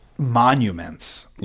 monuments